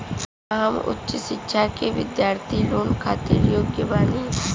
का हम उच्च शिक्षा के बिद्यार्थी लोन खातिर योग्य बानी?